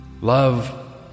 Love